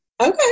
Okay